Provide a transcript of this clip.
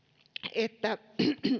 että